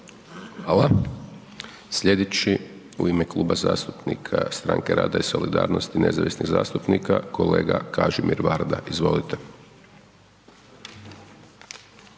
Hvala. Sljedeći u ime Kluba zastupnika Stanke rada i solidarnosti i nezavisnih zastupnika, kolega Kažimir Varda. Izvolite.